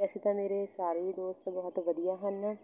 ਵੈਸੇ ਤਾਂ ਮੇਰੇ ਸਾਰੇ ਹੀ ਦੋਸਤ ਬਹੁਤ ਵਧੀਆ ਹਨ